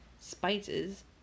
spices